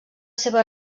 seva